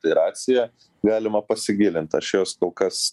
tai raciją galima pasigilint ar jos kol kas